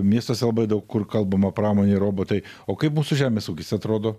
miestuose labai daug kur kalbama pramonė robotai o kaip mūsų žemės ūkis atrodo